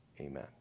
Amen